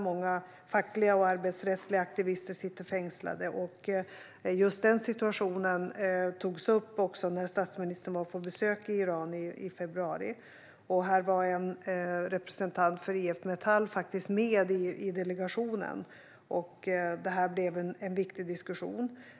Många fackliga och arbetsrättsliga aktivister sitter fängslade. Just den situationen togs upp när statsministern var på besök i Iran i februari, och där var faktiskt en representant för IF Metall med i delegationen. Det blev en viktig diskussion.